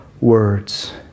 words